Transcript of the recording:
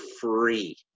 free